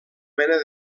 mena